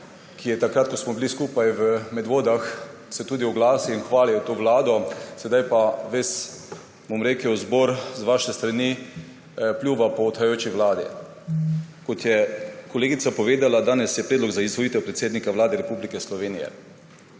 se je, takrat ko smo bili skupaj v Medvodah, oglasil in hvalil to vlado, sedaj pa ves, bom rekel, zbor z vaše strani pljuva po odhajajoči vladi. Kot je kolegica povedala, danes je predlog za izvolitev predsednika Vlade Republike Slovenije.